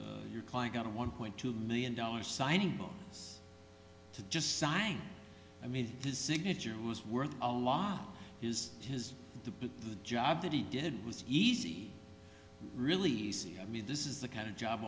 your client got a one point two million dollars signing to just sign i mean his signature was worth a lot is his the job that he did was easy really easy i mean this is the kind of job